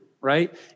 right